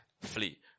Flee